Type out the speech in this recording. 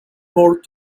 more